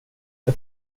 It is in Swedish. jag